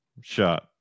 shot